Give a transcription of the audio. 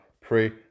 pray